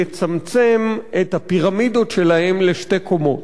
לצמצם את הפירמידות שלהם לשתי קומות.